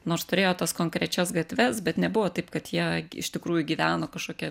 nors turėjo tas konkrečias gatves bet nebuvo taip kad jie iš tikrųjų gyveno kažkokie